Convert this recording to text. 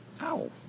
ow